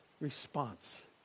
response